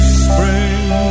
spring